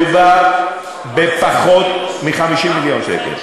מדובר בפחות מ-50 מיליון שקל.